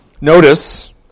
Notice